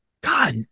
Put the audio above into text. God